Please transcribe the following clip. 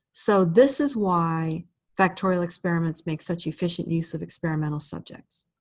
so this is why factorial experiments make such efficient use of experimental subjects.